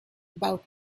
about